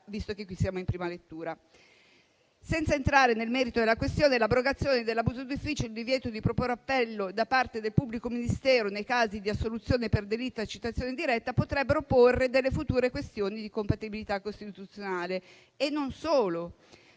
Senza entrare nel merito della questione, l'abrogazione dell'abuso d'ufficio e il divieto di proporre appello da parte del pubblico ministero nei casi di assoluzione per delitto a citazione diretta potrebbero porre future questioni di compatibilità costituzionale e non solo.